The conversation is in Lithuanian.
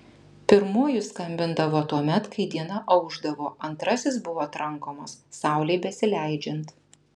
pirmuoju skambindavo tuomet kai diena aušdavo antrasis buvo trankomas saulei besileidžiant